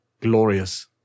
Glorious